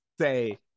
say